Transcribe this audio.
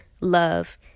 love